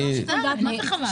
מה זה חלש?